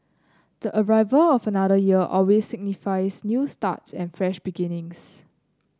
the arrival of another year always signifies new starts and fresh beginnings